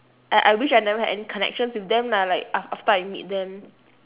I I wish I never had any connections with them lah like af~ after I meet them